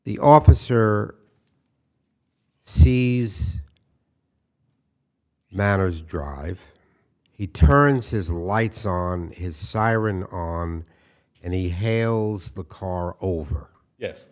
the officer sees matters drive he turns his the lights on his siren and he hails the car over yes